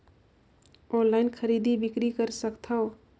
Online खरीदी बिक्री कर सकथव?